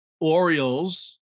Orioles